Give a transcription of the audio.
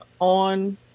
On